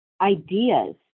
ideas